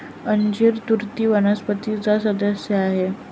अंजीर तुती वनस्पतीचा सदस्य आहे